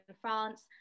France